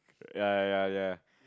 ya ya ya ya